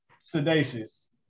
Sedacious